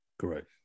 Correct